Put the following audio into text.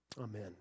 Amen